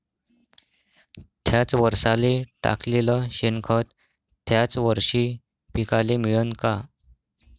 थ्याच वरसाले टाकलेलं शेनखत थ्याच वरशी पिकाले मिळन का?